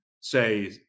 say